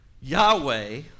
Yahweh